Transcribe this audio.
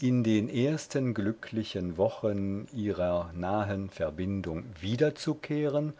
in den ersten glücklichen wochen ihrer nahen verbindung wiederzukehren